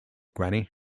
granny